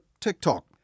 TikTok